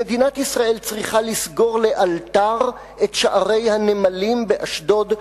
שמדינת ישראל צריכה לסגור לאלתר את שערי הנמלים באשדוד,